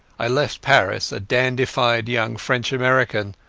i left paris a dandified young french-american,